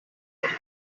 corte